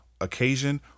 occasion